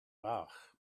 fach